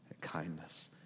kindness